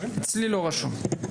אצלי לא רשום.